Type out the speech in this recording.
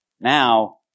Now